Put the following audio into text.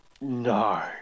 No